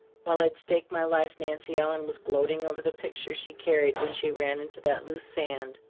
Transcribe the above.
while i'd stake my life nancy ellen was gloating over the picture she carried when she ran into that loose sand.